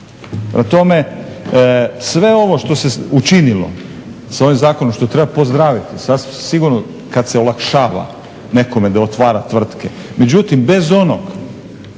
tome sve ovo što se učinilo s ovim zakonom, što treba pozdraviti sasvim sigurno, kad se olakšava nekome da otvara tvrtke, međutim bez onog